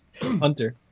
Hunter